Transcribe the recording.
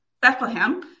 Bethlehem